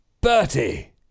Bertie